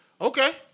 okay